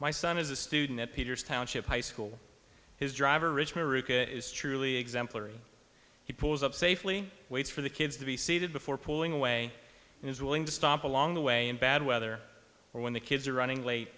my son is a student at peters township high school his driver rich maruca is truly exemplary he pulls up safely waits for the kids to be seated before pulling away and is willing to stop along the way in bad weather or when the kids are running late